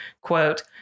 quote